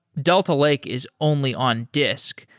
delta lake is only on disk.